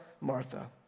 Martha